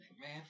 Man